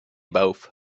both